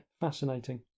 fascinating